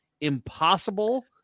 impossible